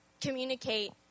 communicate